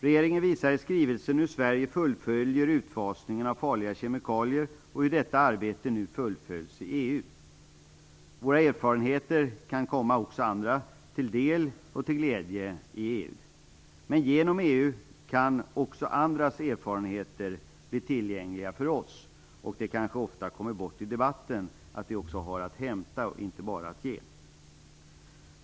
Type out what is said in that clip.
Regeringen visar i skrivelsen hur Sverige fullföljer utfasningen av farliga kemikalier och hur detta arbete nu fullföljs i EU. Våra erfarenheter kan komma också andra till del och till glädje i EU. Men genom EU kan också andras erfarenheter bli tillgängliga för oss. Och det kanske ofta kommer bort i debatten att vi också har att hämta och inte bara att ge.